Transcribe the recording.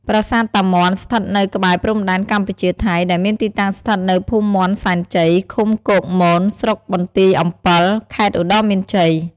ប្រាសាទតាមាន់់ ស្ថិតនៅក្បែរព្រំដែន កម្ពុជា ថៃ ដែលមានទីតាំងស្ថិតនៅភូមិមាន់សែនជ័យ ឃុំគោកមន ស្រុកបន្ទាយអម្ពិល ខេត្តឧត្តរមានជ័យ។